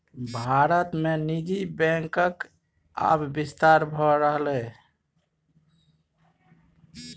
भारत मे निजी बैंकक आब बिस्तार भए रहलैए